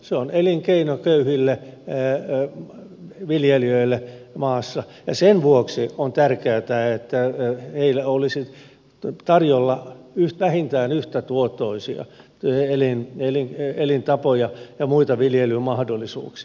se on elinkeino köyhille viljelijöille maassa ja sen vuoksi on tärkeätä että heille olisi tarjolla vähintään yhtä tuottoisia elintapoja ja muita viljelymahdollisuuksia